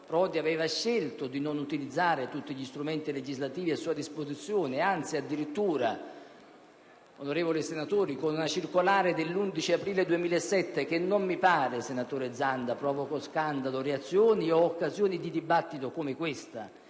anche questo aspetto - di non utilizzare tutti gli strumenti legislativi a sua disposizione ed anzi addirittura, onorevoli senatori, con una circolare dell'11 aprile 2007 (che non mi pare, senatore Zanda, abbia provocato scandalo, reazioni o occasioni di dibattito come quella